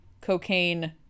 cocaine